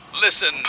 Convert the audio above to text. Listen